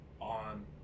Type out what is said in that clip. on